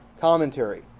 commentary